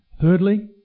Thirdly